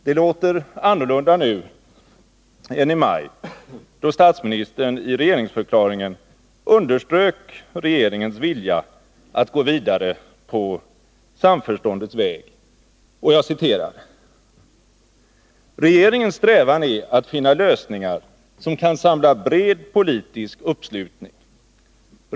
Det låter annorlunda nu än i maj, då statsministern i regeringsförklaringen underströk regeringens vilja att gå vidare på samförståndets väg: ”Regeringens strävan är att finna lösningar, som kan samla bred politisk uppslutning.